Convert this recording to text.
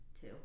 Two